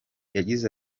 yagize